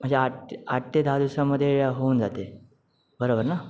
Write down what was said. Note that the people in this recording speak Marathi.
म्हणजे आठ आठ ते दहा दिवसामध्ये होऊन जाते बरोबर ना